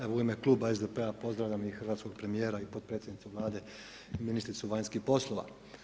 Evo u ime kluba SDP-a pozdravljam i hrvatskog premijera i podpredsjednicu Vlade, ministricu vanjskih poslova.